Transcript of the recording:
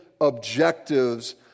objectives